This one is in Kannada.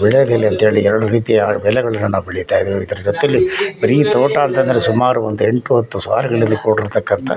ವೀಳ್ಯದೆಲೆ ಅಂತ್ಹೇಳಿ ಎರಡು ರೀತಿಯ ಬೆಳೆಗಳನ್ನು ನಾವು ಬೆಳೀತ ಇದೀವಿ ಇದ್ರ ಜೊತೇಲಿ ಬರೀ ತೋಟ ಅಂತಂದ್ರೆ ಸುಮಾರು ಒಂದು ಎಂಟು ಹತ್ತು ಸಾವಿರಗಳಿಂದ ಕೂಡಿರ್ತಕ್ಕಂಥ